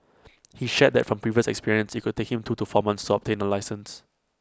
he shared that from previous experience IT could take him two to four months to obtain A licence